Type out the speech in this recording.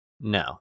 no